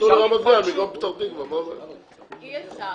יתנו --- אי אפשר,